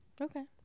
Okay